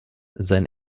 sein